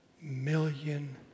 million